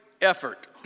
effort